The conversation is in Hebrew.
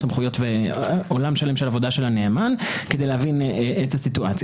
עולם שלם של עבודה של הנאמן להבין את המצב.